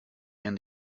and